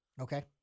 Okay